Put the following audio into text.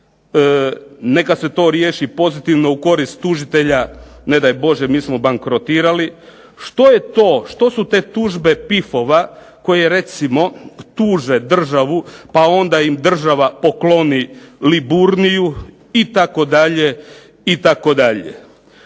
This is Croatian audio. Neka se to riješi pozitivno u korist tužitelja, ne daj Bože mi smo bankrotirali. Što je to, što su te tužbe …/Ne razumije se./… koje recimo tuže državu, pa onda im država pokloni Liburniju itd., itd.